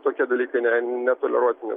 tokie dalykai netoleruotini